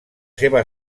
seva